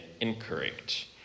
incorrect